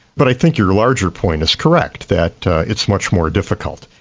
but i think your larger point is correct, that it's much more difficult,